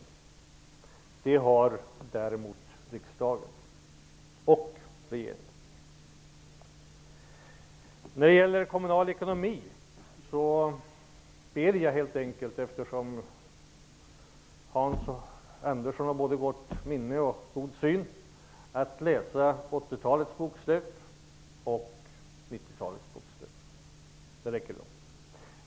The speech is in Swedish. Men det har däremot regering och riksdag. Vad gäller kommunal ekonomi ber jag helt enkelt Hans Andersson, som ju har både gott minne och god syn, att läsa 80-talets och 90-talets bokslut. Det räcker långt.